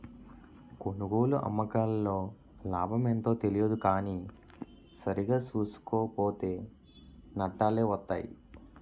కొనుగోలు, అమ్మకాల్లో లాభమెంతో తెలియదు కానీ సరిగా సూసుకోక పోతో నట్టాలే వొత్తయ్